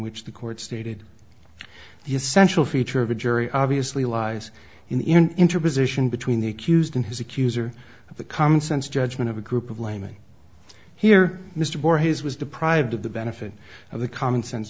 which the court stated the essential feature of a jury obviously lies in the interpretation between the accused and his accuser of the commonsense judgment of a group of laymen here mr bore his was deprived of the benefit of the commonsense